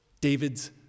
David's